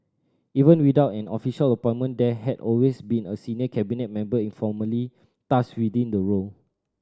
even without an official appointment there had always been a senior Cabinet member informally tasked with the role